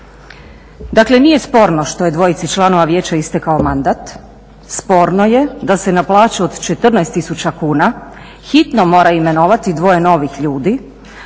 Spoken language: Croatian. Dakle nije sporno što je dvojici članova vijeća istekao mandat, sporno je da se na plaću od 14 tisuća kuna hitno mora imenovati dvoje novih ljudi